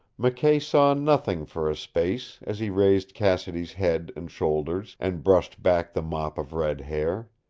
mckay saw nothing for a space, as he raised cassidy's head and shoulders, and brushed back the mop of red hair.